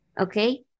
Okay